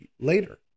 later